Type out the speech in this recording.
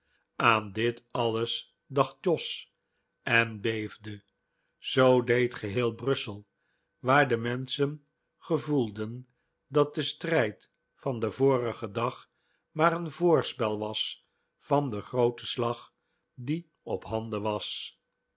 aan dit alles dacht jos en beefde zoo deed geheel brussel waar de menschen gevoelden dat de strijd van den vorigen dag maar een voorspel was van den grooten slag die op handen was